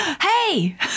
Hey